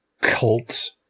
cults